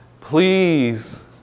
please